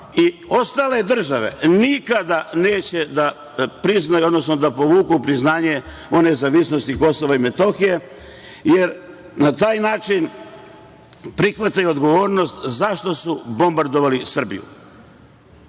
i ostale države nikada neće da povuku priznanje o nezavisnosti Kosova i Metohije, jer na taj način prihvataju odgovornost zašto su bombardovale Srbiju.